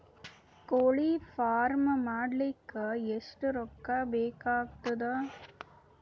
ಕೋಳಿ ಫಾರ್ಮ್ ಮಾಡಲಿಕ್ಕ ಎಷ್ಟು ರೊಕ್ಕಾ ಬೇಕಾಗತದ?